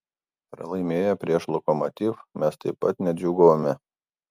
pralaimėję prieš lokomotiv mes taip pat nedžiūgavome